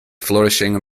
flourishing